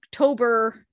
October